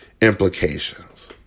implications